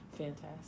Fantastic